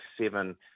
seven